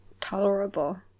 tolerable